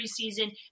preseason